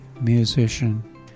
musician